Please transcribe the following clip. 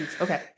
okay